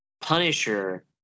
punisher